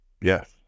Yes